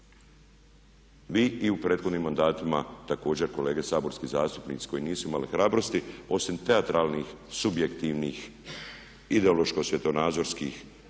vi i u prethodnim mandatima također kolege saborski zastupnici koji nisu imali hrabrosti osim teatralnih, subjektivnih ideološko-svjetonazorskih